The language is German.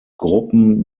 gruppen